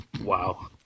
Wow